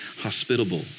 hospitable